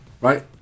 Right